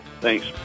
Thanks